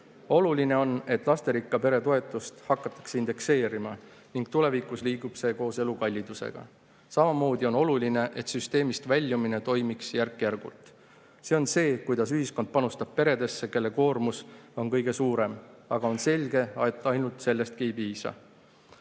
Oluline on, et lasterikka pere toetust hakatakse indekseerima ning tulevikus liigub see koos elukallidusega. Samamoodi on oluline, et süsteemist väljumine toimuks järk-järgult. See on see, kuidas ühiskond panustab peredesse, kelle koormus on kõige suurem, aga on selge, et ainult sellestki ei piisa.